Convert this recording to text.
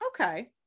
okay